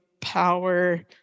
power